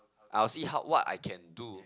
I'll see how what I can do